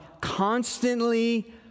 constantly